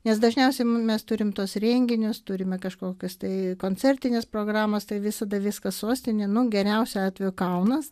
nes dažniausiai mes turim tuos renginius turime kažkokias tai koncertines programas tai visada viskas sostinė nu geriausiu atveju kaunas